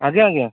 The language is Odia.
ଆଜ୍ଞା ଆଜ୍ଞା